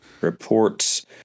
reports